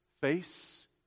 face